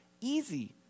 easy